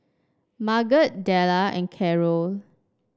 Marget Della and Karol